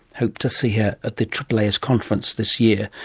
hope to see her at the aaas conference this year,